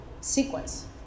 sequence